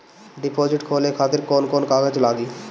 Deposit खोले खातिर कौन कौन कागज लागी?